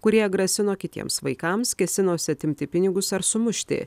kurie grasino kitiems vaikams kėsinosi atimti pinigus ar sumušti